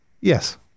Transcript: Yes